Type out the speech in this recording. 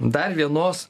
dar vienos